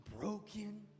broken